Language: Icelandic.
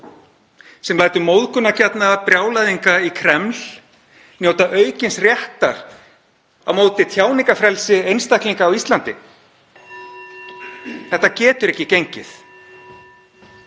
sem lætur móðgunargjarna brjálæðinga í Kreml njóta aukins réttar á móti tjáningarfrelsi einstaklinga á Íslandi. (Forseti hringir.)